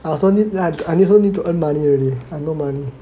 I also need ya ya I also need to earn money already I no money